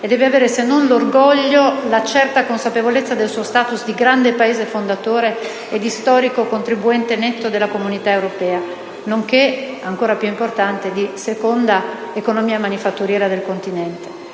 e deve avere se non l'orgoglio, la certa consapevolezza del suo *status* di grande Paese fondatore e di storico contribuente netto della comunità europea, nonché, ancora più importante, di seconda economia manifatturiera del continente.